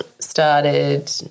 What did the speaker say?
started